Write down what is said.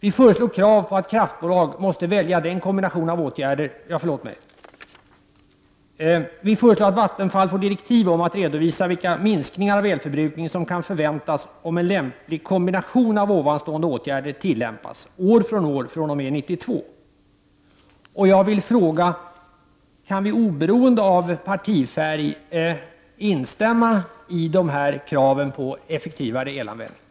Vi föreslår att Vattenfall får direktiv om att redovisa vilka minskningar av elförbrukningen som kan förväntas om en lämplig kombination av nu nämnda åtgärder tillämpas, år från år, från och med 1992. Jag vill fråga om vi, oberoende av partifärg, kan instämma i dessa krav på effektivare elanvändning.